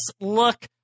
look